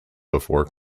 before